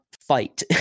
fight